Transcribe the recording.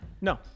No